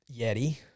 yeti